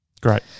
Great